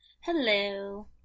Hello